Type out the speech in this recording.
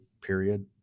period